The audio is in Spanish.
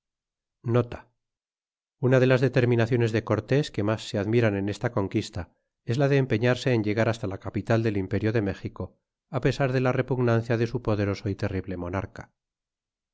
una de las determinaciones de cortés que mas se admiran en esta conquista es la de empeñarse en llegar hasta la capital del imperio de mejico pesar de la relaignancia de su poderoso y terrible monarca